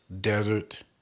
Desert